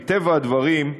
מטבע הדברים,